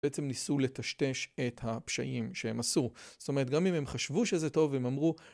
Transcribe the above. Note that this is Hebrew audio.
בעצם ניסו לטשטש את הפשעים שהם עשו, זאת אומרת גם אם הם חשבו שזה טוב, הם אמרו...